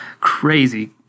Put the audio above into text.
crazy